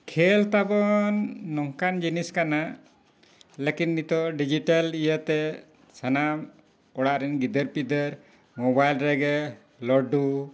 ᱠᱷᱮᱞ ᱛᱟᱵᱚᱱ ᱱᱚᱝᱠᱟᱱ ᱡᱤᱱᱤᱥ ᱠᱟᱱᱟ ᱞᱮᱠᱤᱱ ᱱᱤᱛᱳᱜ ᱰᱤᱡᱤᱴᱮᱞ ᱤᱭᱟᱹᱛᱮ ᱥᱟᱱᱟᱢ ᱚᱲᱟᱜ ᱨᱮᱱ ᱜᱤᱫᱟᱹᱨ ᱯᱤᱫᱟᱹᱨ ᱢᱳᱵᱟᱭᱤᱞ ᱨᱮᱜᱮ ᱞᱩᱰᱩ